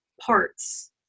parts